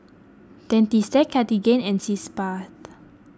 Dentiste Cartigain and Sitz Bath